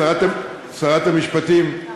שרת המשפטים,